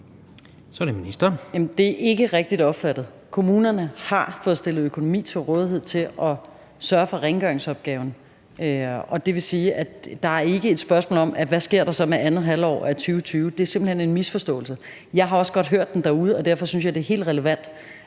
Jamen det er ikke rigtigt opfattet. Kommunerne har fået stillet økonomi til rådighed til at sørge for rengøringsopgaven, og det vil sige, at det ikke er et spørgsmål om, hvad der så sker med andet halvår af 2020. Det er simpelt hen en misforståelse. Jeg har også godt hørt den derude, og derfor syntes jeg, det er helt relevant,